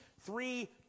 three